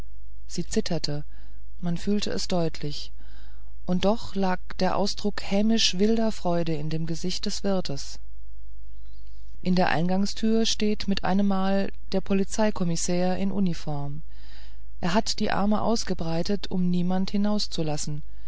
sie zitterte man fühlte es deutlich und doch lag der ausdruck hämischer wilder freude in dem gesicht des wirtes in der eingangstür steht mit einem mal der polizeikommissär in uniform er hatte die arme ausgebreitet um niemand hinauszulassen